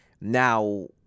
Now